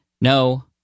no